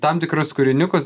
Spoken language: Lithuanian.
tam tikrus kūriniukus